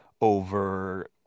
over